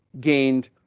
gained